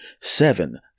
seven